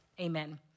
amen